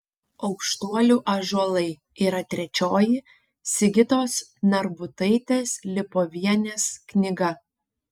aukštuolių ąžuolai yra trečioji sigitos narbutaitės lipovienės knyga